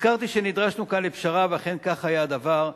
הזכרתי שנדרשנו כאן לפשרה, ואכן כך היה הדבר.